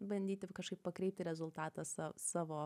bandyti va kažkaip pakreipti rezultatą sa savo